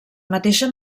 mateixa